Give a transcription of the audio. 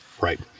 right